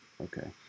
Okay